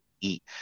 eat